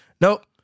nope